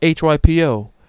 HYPO